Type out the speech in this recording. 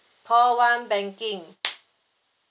call one banking